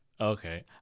Okay